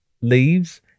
leaves